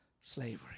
slavery